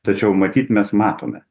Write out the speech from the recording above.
tačiau matyt mes matome